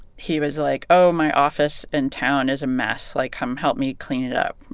he was like, oh, my office in town is a mess like, come help me clean it up.